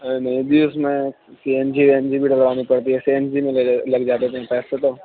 آ نہیں جی اُس میں C N G V N G بھی ڈلوانی پڑتی ہے سی این جی میں لگ جاتے ہیں تین چار سو روپے